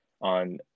on